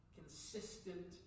consistent